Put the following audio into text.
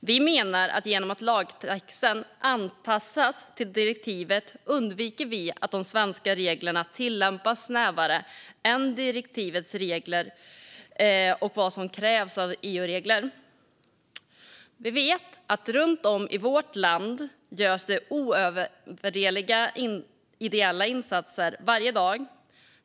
Vi menar att vi genom att anpassa lagtexten till direktivet undviker att de svenska reglerna tillämpas snävare än direktivets regler och vad EU-reglerna kräver. Runt om i vårt land görs ovärderliga ideella insatser varje dag.